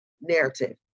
narrative